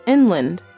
Inland